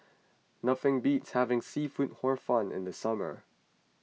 nothing beats having Seafood Hor Fun in the summer